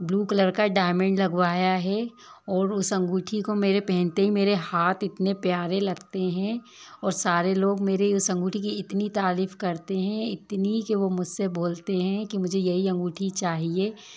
blue colour का diamond लगवाया है और उस अंगूठी को मेरे पहनते ही मेरे हाथ इतने प्यारे लगते हैं और सारे लोग मेरे उस अंगूठी की इतनी तारीफ़ करते हैं इतनी कि वो मुझ से बोलते हैं कि मुझे यही अंगूठी चाहिए